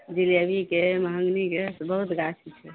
जिलेबीके महोगनीके बहुत गाछी छै